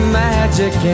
magic